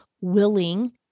willing